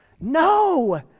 no